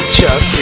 Chuck